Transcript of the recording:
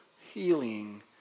healing